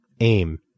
aim